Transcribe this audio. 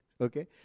Okay